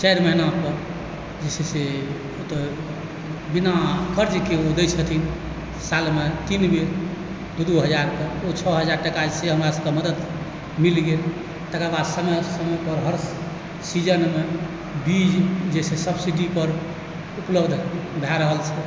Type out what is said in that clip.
चारि महिनापर जे छै से ओतय बिना कर्जक ओ दैत छथिन सालमे तीन बेर दू दू हजार कऽ ओ छओ हजार कऽ से हमरा सभके मदति मिल गेल तकर बाद समय समय पर हर सीजनमे बीज जे छै से सब्सिडीपर उपलब्ध भए रहल छै